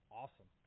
awesome